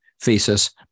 thesis